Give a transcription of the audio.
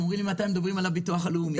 הם אומרים לי מתי מדברים על הביטוח הלאומי.